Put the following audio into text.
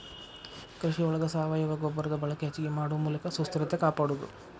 ಕೃಷಿ ಒಳಗ ಸಾವಯುವ ಗೊಬ್ಬರದ ಬಳಕೆ ಹೆಚಗಿ ಮಾಡು ಮೂಲಕ ಸುಸ್ಥಿರತೆ ಕಾಪಾಡುದು